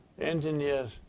engineers